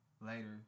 later